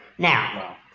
Now